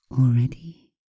already